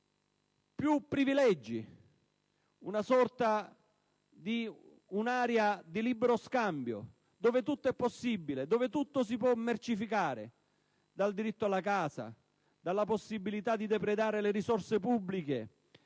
Più privilegi: una sorta di area di libero scambio dove tutto è possibile, dove tutto si può mercificare: dal diritto alla casa alla possibilità di depredare le risorse pubbliche.